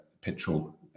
petrol